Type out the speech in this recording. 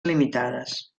limitades